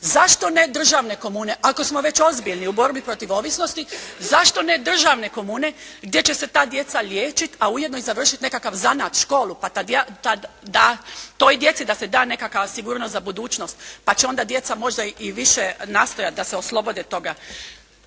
Zašto ne državne komune? Ako smo već ozbiljni u borbi protiv ovisnosti, zašto ne državne komune gdje će se ta djeca liječiti, a ujedno i završiti nekakav zanat, školu? Pa da toj djeci da se da nekakva sigurnost za budućnost, pa će onda djeca možda i više nastojat da se oslobode toga.